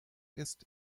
ist